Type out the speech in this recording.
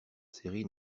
série